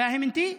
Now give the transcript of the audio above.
פהימתי?